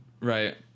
Right